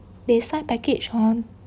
they sign package hor